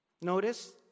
Notice